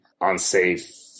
unsafe